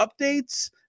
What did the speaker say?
updates